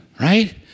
Right